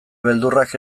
beldurrak